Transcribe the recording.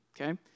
Okay